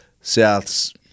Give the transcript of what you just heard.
South's